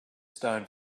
stone